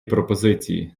пропозиції